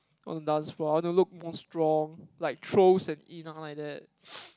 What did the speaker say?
on the dance floor I want to look more strong like throws and in ah like that